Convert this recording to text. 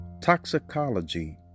toxicology